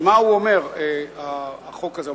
מה הוא אומר, החוק הזה?